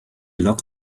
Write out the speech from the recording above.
locked